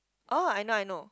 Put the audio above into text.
oh I know I know